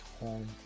home